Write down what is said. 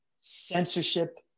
censorship